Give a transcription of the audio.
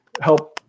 help